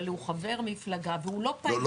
אבל הוא חבר מפלגה הוא לא פעיל.